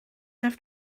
have